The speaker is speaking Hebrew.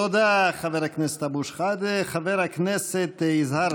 תודה, חבר הכנסת אבו שחאדה.